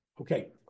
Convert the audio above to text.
Okay